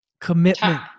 commitment